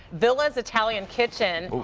villa's italian kitchen,